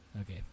Okay